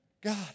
God